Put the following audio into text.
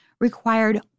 required